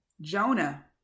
Jonah